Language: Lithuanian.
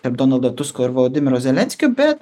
tarp donaldo tusko ir volodimiro zelenskio bet